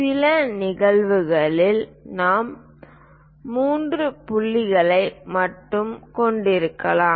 சில நிகழ்வுகளில் நாம் மூன்று புள்ளிகளை மட்டுமே கொண்டிருக்கலாம்